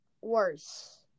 worse